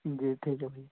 जी ठीक है भाई